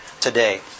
today